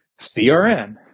CRN